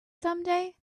someday